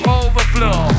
overflow